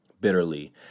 bitterly